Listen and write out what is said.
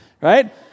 right